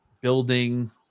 building